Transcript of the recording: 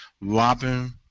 Robin